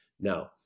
Now